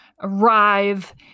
arrive